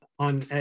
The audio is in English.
On